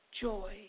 joy